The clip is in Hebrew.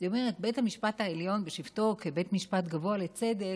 והיא אומרת: בית המשפט העליון בשבתו כבית משפט גבוה לצדק,